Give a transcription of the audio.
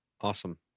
awesome